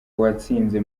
uwatsinze